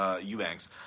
Eubanks